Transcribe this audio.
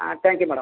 ah thank you madam